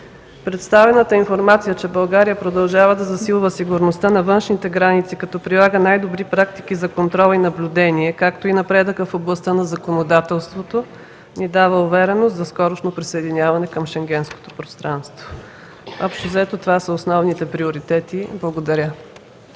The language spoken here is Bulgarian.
Представената информация, че България продължава да засилва сигурността на външните граници като прилага най-добри практики за контрол и наблюдение, както и напредъка в областта на законодателството, ни дава увереност за скорошно присъединяване към Шенгенското пространство. Общо взето това са основните приоритети. Благодаря.